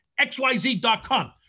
XYZ.com